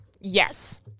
yes